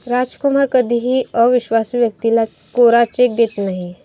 रामकुमार कधीही अविश्वासू व्यक्तीला कोरा चेक देत नाही